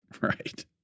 Right